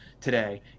today